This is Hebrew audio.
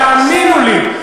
תאמינו לי,